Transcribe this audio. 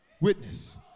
witness